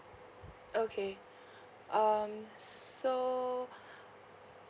okay um so